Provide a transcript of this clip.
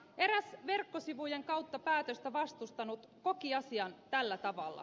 eräs verkkosivujen kautta päätöstä vastustanut koki asian tällä tavalla